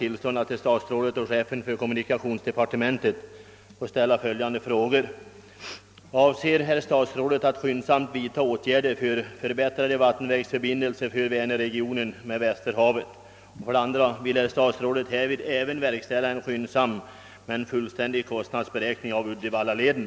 Remissbehandlingen av kanaltrafikutredningens betänkande har nu i huvudsak avslutats och en sammanställning av remissyttrandenas innehåll är under utarbetande. Innan beredningen av ärendet inom departementet är avslutad kan jag inte göra något uttalande i frågan.